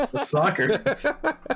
Soccer